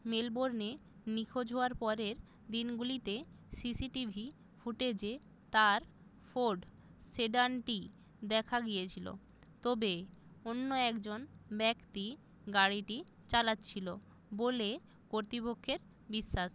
মেলবোর্নে নিখোঁজ হওয়ার পরের দিনগুলিতে সি সি টি ভি ফুটেজে তাঁর ফোর্ড সেডানটি দেখা গিয়েছিলো তবে অন্য একজন ব্যক্তি গাড়িটি চালাচ্ছিলো বলে কর্তৃপক্ষের বিশ্বাস